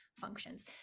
functions